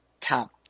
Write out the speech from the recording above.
top